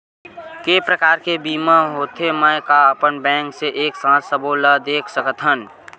के प्रकार के बीमा होथे मै का अपन बैंक से एक साथ सबो ला देख सकथन?